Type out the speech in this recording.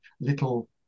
little